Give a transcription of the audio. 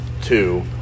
two